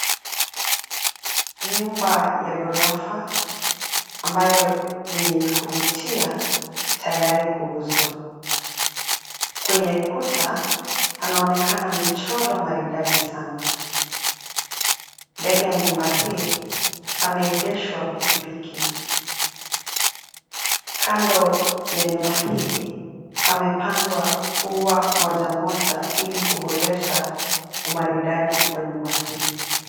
Nyumba ya ghorofa, ambayo ni yenye kuvutia, tayari kuuzwa. Kwenye kuta, panaonekana michoro maridadi sana. Mbele ya nyumba hii, pameegeshwa pikipiki. Kando ya nyumba hii, pamepandwa ua moja moja ili kuboresha umaridadi wa nyumba hii.